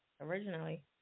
originally